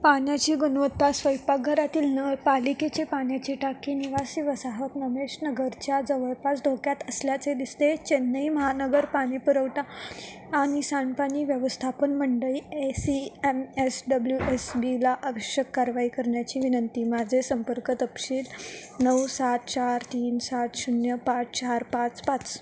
पाण्याची गुणवत्ता स्वयंपाकघरातील नळ पालिकेचे पाण्याची टाकी निवासी वसाहत नमेश नगरच्या जवळपास धोक्यात असल्याचे दिसते चेन्नई महानगर पाणी पुरवठा आनि सांडपानी व्यवस्थापन मंडळी A C M S W S बीला आवश्यक कारवाई करण्याची विनंती माझे संपर्क तपशील नऊ सात चार तीन सात शून्य पाच चार पाच पाच